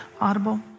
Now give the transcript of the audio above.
audible